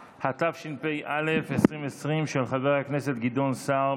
התשפ"א 2020, של חבר הכנסת גדעון סער.